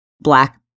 black